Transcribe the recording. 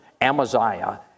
Amaziah